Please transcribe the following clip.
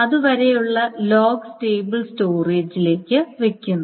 അതുവരെയുള്ള log stable സ്റ്റോറേജിലേക്ക് വെക്കുന്നു